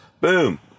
Boom